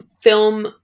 film